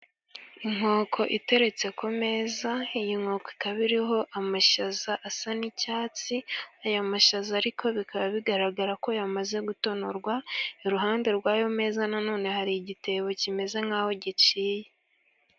Inkoko iteretse ku meza, iyi nkoko ikaba iriho amashaza asa n'icyatsi, ayo mashaza ariko bikaba bigaragara ko yamaze gutonorwa, iruhande rw'ayo meza na none hari igitebo kimeze nk'aho giciye.